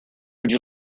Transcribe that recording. would